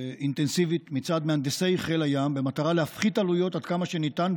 אינטנסיבית מצד מהנדסי חיל הים במטרה להפחית עלויות עד כמה שניתן,